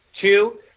Two